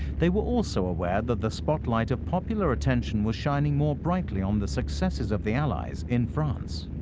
they were also aware that the spotlight of popular attention was shining more brightly on the successes of the allies in france.